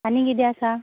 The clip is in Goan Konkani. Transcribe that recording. आनी कितें आसा